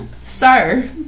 sir